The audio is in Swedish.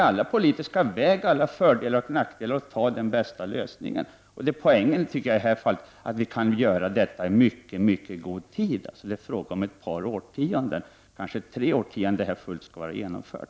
Alla politiska vägar har fördelar och nackdelar, och det gäller att hitta den bästa lösningen. Poängen i det här fallet är att vi kan göra detta i mycket god tid. Det är fråga om ett par årtionden, kanske tre årtionden, innan det skall vara helt genomfört.